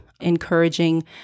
encouraging